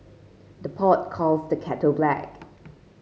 the pot calls the kettle black